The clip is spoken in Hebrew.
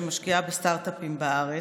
שמשקיעה בסטרט-אפים בארץ,